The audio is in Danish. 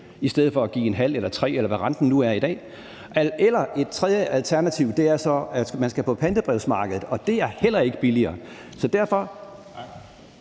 i stedet for at give ½ pct. eller 3 pct., eller hvad renten nu er i dag. Et tredje alternativ er så, at man skal på pantebrevsmarkedet, og det er heller ikke billigere. Så derfor